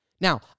Now